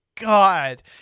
god